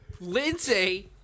Lindsay